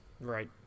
Right